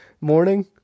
morning